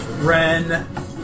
Ren